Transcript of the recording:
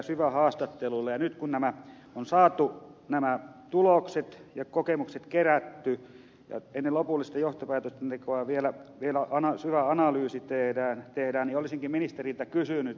ja nyt kun nämä tulokset on saatu ja kokemukset kerätty ja ennen lopullisten johtopäätösten tekoa vielä syväanalyysi tehdään niin olisinkin ministeriltä kysynyt